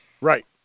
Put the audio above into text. Right